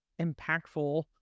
impactful